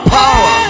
power